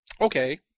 Okay